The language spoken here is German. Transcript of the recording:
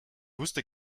wusste